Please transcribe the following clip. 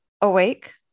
awake